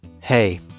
Hey